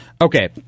Okay